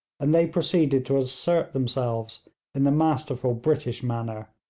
and they proceeded to assert themselves in the masterful british manner.